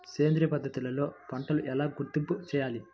సేంద్రియ పద్ధతిలో పంటలు ఎలా గుర్తింపు చేయాలి?